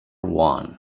one